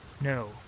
No